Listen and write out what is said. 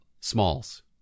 smalls